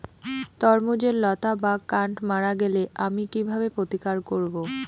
তরমুজের লতা বা কান্ড মারা গেলে আমি কীভাবে প্রতিকার করব?